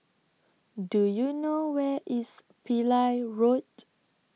Do YOU know Where IS Pillai Road